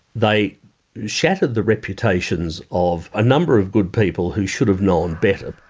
they shattered the reputations of a number of good people who should have known better.